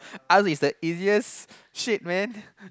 arts is the easiest shit man